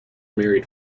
married